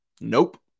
Nope